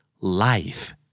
Life